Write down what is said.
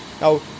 Now